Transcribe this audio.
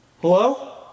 Hello